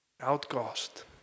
outcast